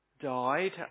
died